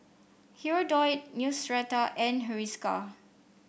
Hirudoid Neostrata and Hiruscar